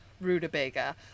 rutabaga